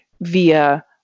via